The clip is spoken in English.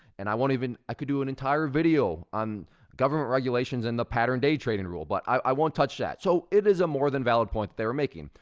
and i won't even, i could do an entire video on government regulations and the pattern day trading rule, but i won't touch that. so it is a more than valid point they are making.